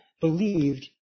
believed